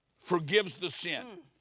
forgives the sin.